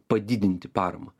padidinti paramą